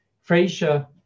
Fraser